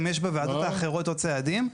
יש גם בוועדות האחרות עוד צעדים.